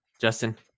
Justin